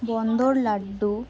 বোঁদের laddu